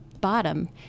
bottom